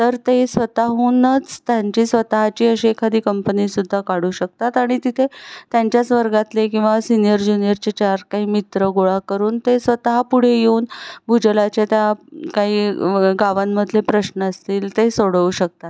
तर ते स्वतःहूनच त्यांची स्वतःची अशी एखादी कंपनीसुद्धा काढू शकतात आणि तिथे त्यांच्याच वर्गातले किंवा सिनियर ज्युनिअरचे चार काही मित्र गोळा करून ते स्वतः पुढे येऊन भूजलाच्या त्या काही गावांमधले प्रश्न असतील ते सोडवू शकतात